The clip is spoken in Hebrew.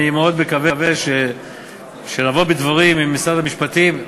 אני מאוד מקווה שנבוא בדברים עם משרד המשפטים,